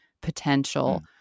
potential